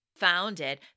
founded